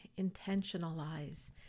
intentionalize